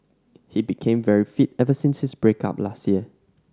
he became very fit ever since his break up last year